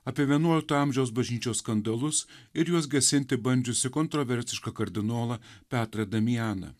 apie vienuolikto amžiaus bažnyčios skandalus ir juos gesinti bandžiusį kontroversišką kardinolą petrą damianą